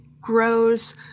grows